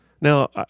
Now